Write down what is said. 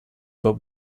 but